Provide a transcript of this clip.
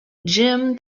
jim